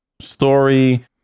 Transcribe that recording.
story